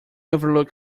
overlook